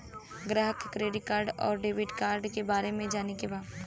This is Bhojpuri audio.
ग्राहक के क्रेडिट कार्ड और डेविड कार्ड के बारे में जाने के बा?